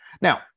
Now